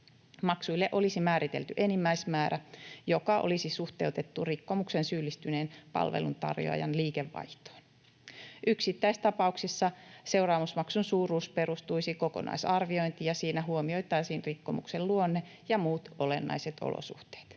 Maksuille olisi määritelty enimmäismäärä, joka olisi suhteutettu rikkomukseen syyllistyneen palveluntarjoajan liikevaihtoon. Yksittäistapauksissa seuraamusmaksun suuruus perustuisi kokonaisarviointiin, ja siinä huomioitaisiin rikkomuksen luonne ja muut olennaiset olosuhteet.